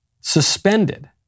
suspended